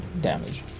damage